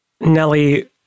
Nelly